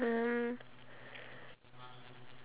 uh talking about compressing